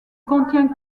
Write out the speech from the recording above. contient